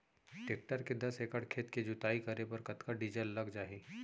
Tractor ले दस एकड़ खेत के जुताई करे बर कतका डीजल लग जाही?